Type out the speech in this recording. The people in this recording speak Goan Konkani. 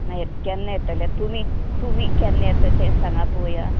मागीर केन्ना येतलें तुमी तुमी केन्ना येता तें सांगा पळोवया